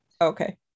Okay